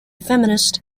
feminist